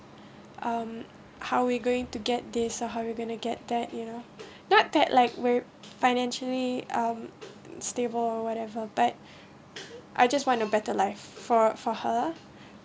um how we going to get this or how we gonna get that you know not that like we financially um stable or whatever but I just want a better life for for her